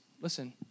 Listen